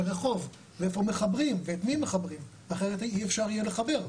רחוב ואיפה מחברים ואת מי מחברים כי אחרת אי אפשר יהיה אפשר לחבר.